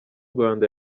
rwanda